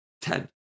Ten